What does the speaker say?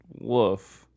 woof